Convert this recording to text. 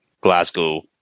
Glasgow